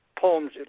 poems